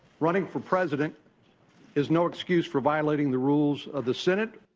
running for president is no excuse for violating the rules of the senate.